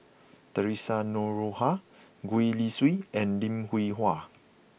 Theresa Noronha Gwee Li Sui and Lim Hwee Hua